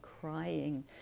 crying